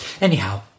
Anyhow